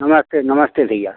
नमस्ते नमस्ते भैया